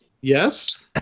Yes